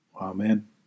Amen